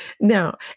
Now